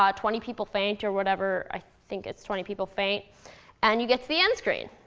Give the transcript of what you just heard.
ah twenty people faint or whatever i think it's twenty people faint and you get to the end screen.